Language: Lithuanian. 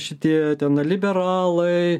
šitie ten liberalai